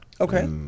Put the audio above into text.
okay